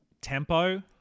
tempo